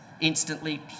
instantly